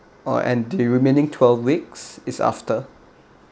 oh and the remaining twelve weeks is after